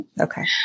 Okay